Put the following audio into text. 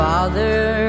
Father